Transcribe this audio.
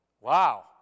Wow